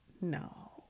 No